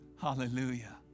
Hallelujah